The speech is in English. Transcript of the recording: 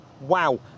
Wow